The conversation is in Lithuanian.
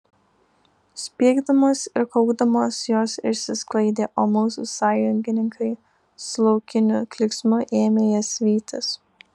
spiegdamos ir kaukdamos jos išsisklaidė o mūsų sąjungininkai su laukiniu klyksmu ėmė jas vytis